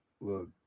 Look